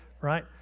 right